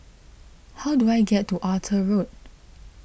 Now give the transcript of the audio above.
how do I get to Arthur Road